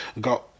got